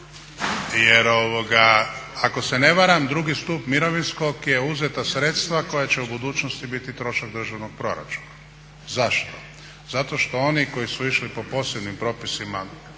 Jer ako se ne varam drugi stup mirovinskog je uzeta sredstva koja će u budućnosti biti trošak državnog proračuna. Zašto? zato što oni koji su išli po posebnim propisima